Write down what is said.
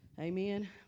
amen